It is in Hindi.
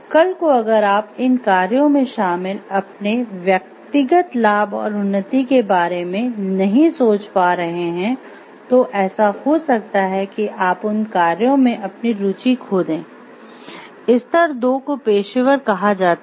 कल को अगर आप इन कार्यों में शामिल अपने व्यक्तिगत लाभ और उन्नति के बारे में नहीं सोच पा रहे हैं तो ऐसा हो सकता है कि आप उन कार्यों में अपनी रुचि खो दें स्तर दो को पेशेवर कहा जाता है